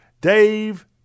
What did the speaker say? Dave